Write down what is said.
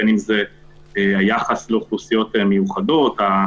בין אם זה היחס לאוכלוסיות מיוחדות,